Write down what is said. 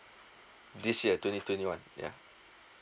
this year twenty twenty one yeah